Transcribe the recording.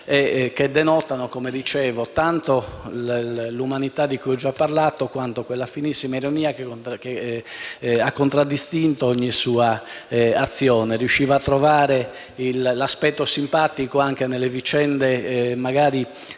che denotano tanto l'umanità di cui ho già parlato, quanto quella finissima ironia che ha contraddistinto ogni sua azione. Riusciva a trovare l'aspetto simpatico anche nelle vicende più